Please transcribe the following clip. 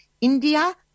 India